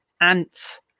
Ants